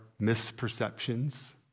misperceptions